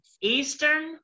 Eastern